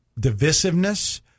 divisiveness